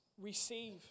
receive